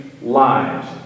Lives